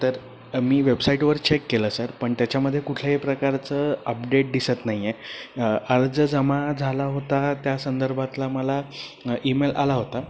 तर मी वेबसाईटवर चेक केलं सर पण त्याच्यामध्ये कुठल्याही प्रकारचं अपडेट दिसत नाही आहे अर्ज जमा झाला होता त्या संदर्भातला मला ईमेल आला होता